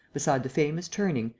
beside the famous turning,